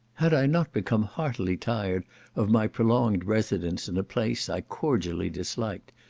had i not become heartily tired of my prolonged residence in a place i cordially disliked,